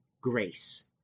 grace